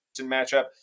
matchup